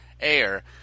air –